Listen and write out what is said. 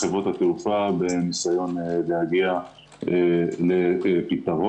התעופה בניסיון להגיע לפתרון.